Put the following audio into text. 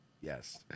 Yes